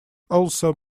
also